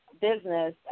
business